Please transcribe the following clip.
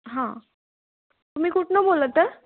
हां तुम्ही कुठून बोलत आहात